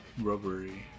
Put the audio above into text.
rubbery